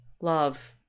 Love